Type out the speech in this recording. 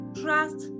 Trust